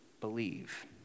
believe